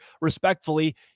respectfully